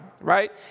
right